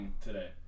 today